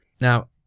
Now